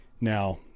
now